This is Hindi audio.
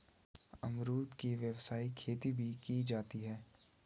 अमरुद की व्यावसायिक खेती भी की जाती है